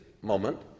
moment